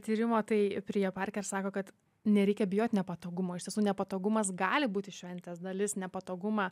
tyrimo tai prija parker sako kad nereikia bijot nepatogumo iš tiesų nepatogumas gali būti šventės dalis nepatogumą